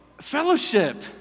fellowship